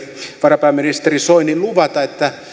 varapääministeri soini luvata että